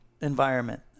environment